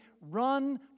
run